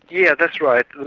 yeah that's right. and